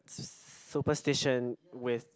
superstition with